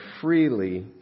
freely